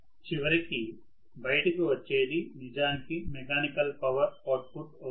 చివరికి బయటికి వచ్చేది నిజానికి మెకానికల్ పవర్ అవుట్ ఫుట్ అవుతుంది